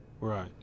Right